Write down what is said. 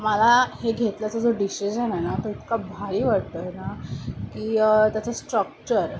मला हे घेतल्याचं जो डिशिजन आहे ना तो इतका भारी वाटतो आहे ना की त्याचं स्ट्रक्चर